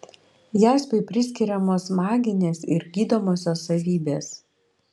jaspiui priskiriamos maginės ir gydomosios savybės